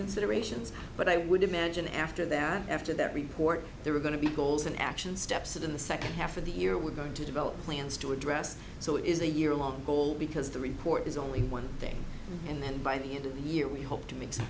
considerations but i would imagine after that after that report there are going to be goals and action steps that in the second half of the year we're going to develop plans to address so is a year long goal because the report is only one thing and then by the end of the year we hope to make some